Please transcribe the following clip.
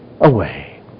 away